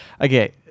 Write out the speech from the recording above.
Okay